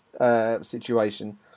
situation